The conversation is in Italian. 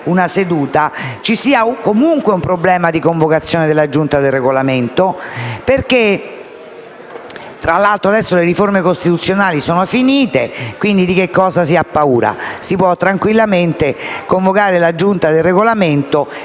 una seduta, ci sia comunque un problema di convocazione della Giunta per il Regolamento. D'altra parte, le riforme costituzionali sono finite, quindi di che cosa si ha paura? Si può tranquillamente convocare la Giunta per il Regolamento